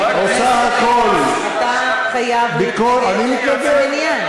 בני-אדם, עושה הכול, זה לא בעלי-חיים.